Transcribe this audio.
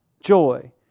joy